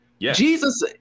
Jesus